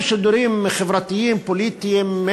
הם שידורים חברתיים פוליטיים,